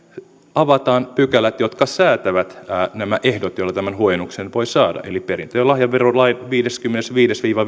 avataan pykälät jotka säätävät nämä ehdot joilla tämän huojennuksen voi saada eli perintö ja lahjaverolain pykälät viisikymmentäviisi viiva